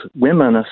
women